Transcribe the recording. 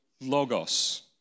logos